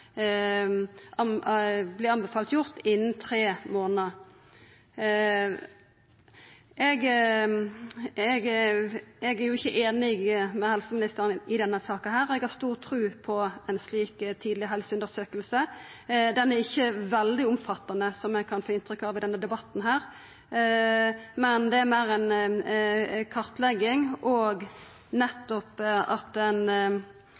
anbefalt gjord innan tre månader. Eg er ikkje einig med helseministeren i denne saka. Eg har stor tru på ei slik tidleg helseundersøking. Ho er ikkje veldig omfattande, slik ein kan få inntrykk av i denne debatten, men det er meir ei kartlegging – og nettopp at ein